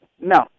No